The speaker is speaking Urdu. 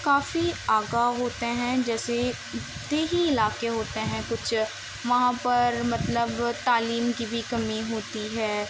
کافی آگاہ ہوتے ہیں جیسے دیہی علاقے ہوتے ہیں کچھ وہاں پر مطلب تعلیم کی بھی کمی ہوتی ہے